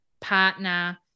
partner